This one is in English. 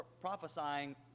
prophesying